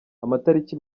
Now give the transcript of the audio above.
amatariki